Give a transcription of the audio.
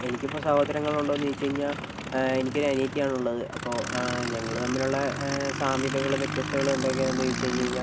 എനിക്കിപ്പോൾ സഹോദരങ്ങൾ ഉണ്ടോയെന്ന് ചോദിച്ചു കഴിഞ്ഞാൽ എനിക്കൊരു അനിയത്തിയാണുള്ളത് അപ്പോൾ ഞങ്ങൾ തമ്മിലുള്ള സാമ്യതകളും വ്യത്യസ്തകളും എന്തൊക്കെയാണെന്ന് ചോദിച്ച് കഴിഞ്ഞ് കഴിഞ്ഞാൽ